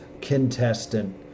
contestant